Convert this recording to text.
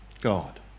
God